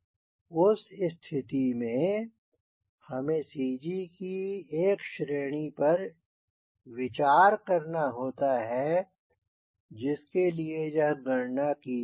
उस स्थिति में हमें CG की एक श्रेणी पर विचार करना होता है जिसके लिए यह गणना की जाती है